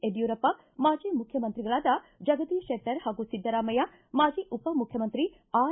ಯಡ್ಕೂರಪ್ಪ ಮಾಜಿ ಮುಖ್ಯಮಂತ್ರಿಗಳಾದ ಜಗದೀಶ್ ಶೆಟ್ಲರ್ ಹಾಗೂ ಸಿದ್ದರಾಮಯ್ಯ ಮಾಜಿ ಉಪಮುಖ್ಯಮಂತ್ರಿ ಆರ್